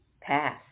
pass